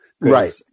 Right